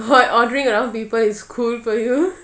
oh my god ordering around people is cool to you